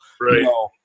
Right